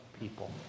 people